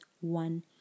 one